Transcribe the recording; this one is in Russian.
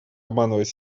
обманывать